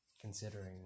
Considering